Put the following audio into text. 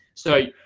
so,